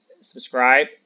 subscribe